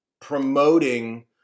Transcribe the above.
promoting